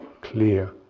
clear